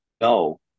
No